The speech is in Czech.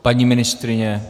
Paní ministryně?